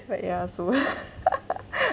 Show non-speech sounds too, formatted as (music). but yeah so (laughs)